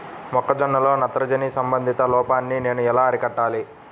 మొక్క జొన్నలో నత్రజని సంబంధిత లోపాన్ని నేను ఎలా అరికట్టాలి?